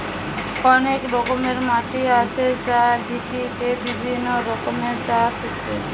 অনেক রকমের মাটি আছে যার ভিত্তিতে বিভিন্ন রকমের চাষ হচ্ছে